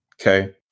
Okay